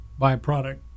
byproduct